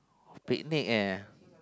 picnic eh